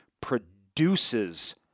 produces